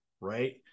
right